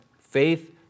Faith